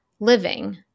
living